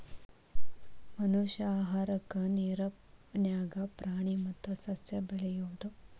ಮನಷ್ಯಾ ಆಹಾರಕ್ಕಾ ನೇರ ನ್ಯಾಗ ಪ್ರಾಣಿ ಮತ್ತ ಸಸ್ಯಾ ಬೆಳಿಯುದು